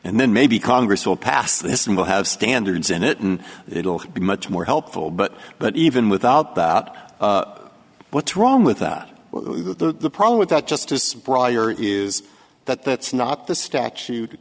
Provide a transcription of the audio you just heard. then maybe congress will pass this and we'll have standards in it and it'll be much more helpful but but even without that out what's wrong with that that the problem with that justice breyer is that that's not the statute